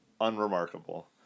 unremarkable